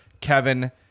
Kevin